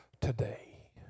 today